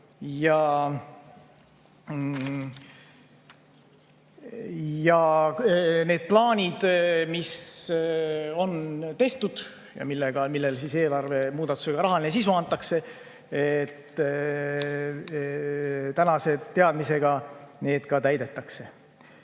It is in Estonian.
Ja need plaanid, mis on tehtud ja millele eelarve muudatustega rahaline sisu antakse, tänase teadmisega ka täidetakse.